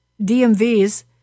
DMVs